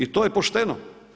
I to je pošteno.